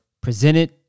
presented